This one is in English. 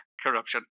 corruption